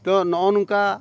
ᱛᱚ ᱱᱚᱜᱼᱚ ᱱᱚᱝᱠᱟ